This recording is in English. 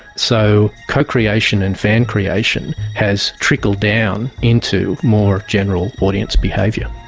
so co-creation and fan creation has trickled down into more general audience behaviour.